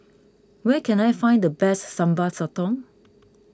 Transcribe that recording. where can I find the best Sambal Sotong